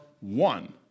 one